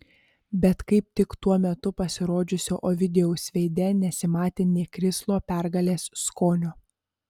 bet kaip tik tuo metu pasirodžiusio ovidijaus veide nesimatė nė krislo pergalės skonio